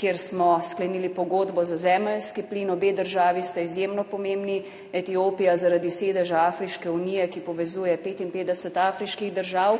kjer smo sklenili pogodbo za zemeljski plin. Obe državi sta izjemno pomembni. Etiopija zaradi sedeža Afriške unije, ki povezuje 55 afriških držav.